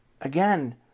Again